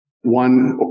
one